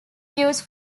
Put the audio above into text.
use